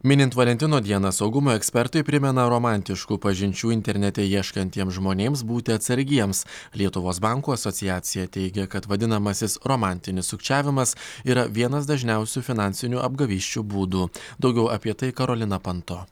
minint valentino dieną saugumo ekspertai primena romantiškų pažinčių internete ieškantiems žmonėms būti atsargiems lietuvos bankų asociacija teigia kad vadinamasis romantinis sukčiavimas yra vienas dažniausių finansinių apgavysčių būdų daugiau apie tai karolina panto